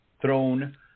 thrown